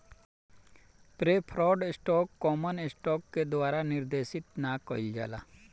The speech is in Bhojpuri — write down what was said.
प्रेफर्ड स्टॉक कॉमन स्टॉक के द्वारा निर्देशित ना कइल जाला